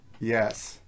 Yes